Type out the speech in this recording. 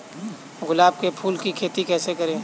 गुलाब के फूल की खेती कैसे करें?